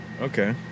Okay